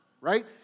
right